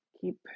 Keep